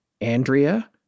Andrea